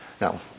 Now